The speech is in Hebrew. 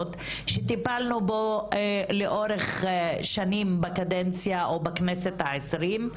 שטיפלנו בו לאורך שנים בקדנציה או בכנסת ה-20,